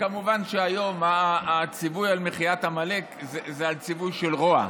כמובן שהיום הציווי על מחיית עמלק זה הציווי של רוע,